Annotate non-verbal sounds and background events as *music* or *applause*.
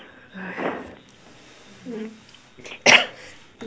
*laughs* *coughs*